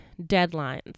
deadlines